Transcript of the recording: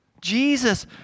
Jesus